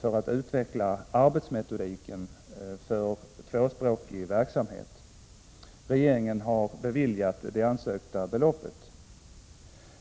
för att utveckla arbetsmetodiken för tvåspråkig verksamhet. Regeringen har beviljat det ansökta beloppet.